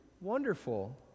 Wonderful